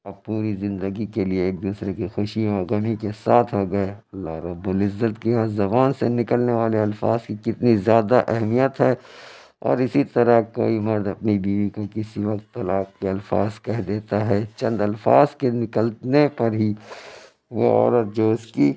اب پوری زندگی کے لیے ایک دوسرے کی خوشی اور غمی کے ساتھ ہو گئے اللہ رب العزت کی زبان سے نکلنے والے الفاظ کی کتنی زیادہ اہمیت ہے اور اسی طرح كوئی مرد اپنی بیوی كو كسی وقت طلاق کے الفاظ کہہ دیتا ہے چند الفاظ کے نکلنے پر ہی وہ عورت جو اس کی